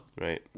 right